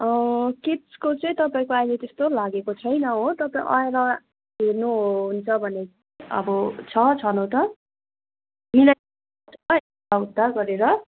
किड्सको चाहिँ तपाईँको अहिले त्यस्तो लागेको छैन हो तपाईँ आएर हेर्नु हुन्छ भने अब छ छनु त उता गरेर